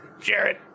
Jared